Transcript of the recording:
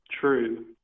true